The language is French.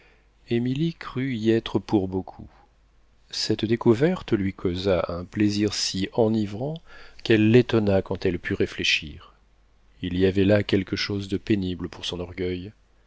émilie crut y être pour beaucoup cette découverte lui causa un plaisir si enivrant qu'elle l'étonna quand elle put réfléchir il y avait là quelque chose de pénible pour son orgueil